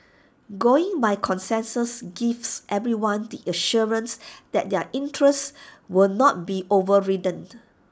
going by consensus gives everyone the assurance that their interests will not be overridden